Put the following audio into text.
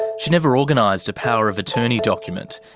she never organised a power of attorney document,